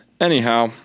anyhow